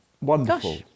wonderful